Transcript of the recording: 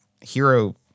hero